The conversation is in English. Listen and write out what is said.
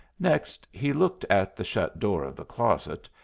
next he looked at the shut door of the closet,